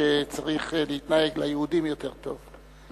שצריך להתנהג ליהודים יותר טוב.